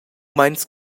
meins